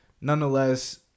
Nonetheless